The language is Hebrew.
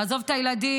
לעזוב את הילדים,